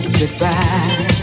goodbye